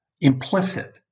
implicit